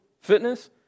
fitness